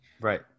Right